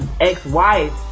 ex-wife